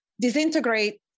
disintegrate